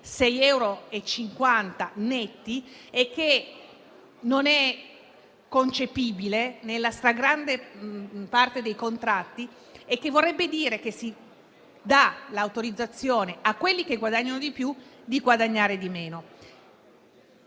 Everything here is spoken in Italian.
6,50 euro netti e che non sono concepibili nella stragrande parte dei contratti. Ciò vorrebbe dire che si dà l'autorizzazione, a quelli che guadagnano di più, di guadagnare di meno.